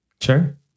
Sure